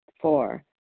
Four